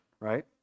right